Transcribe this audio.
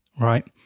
right